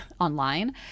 online